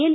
L